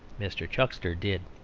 mr. chuckster did.